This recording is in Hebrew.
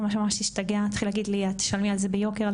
הוא התחיל להגיד לי את תשלמי על זה ביוקר על